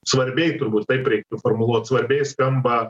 svarbiai turbūt taip reiktų formuluot svarbiai skamba